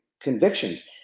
convictions